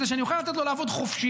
כדי שאני אוכל לתת לו לעבוד חופשי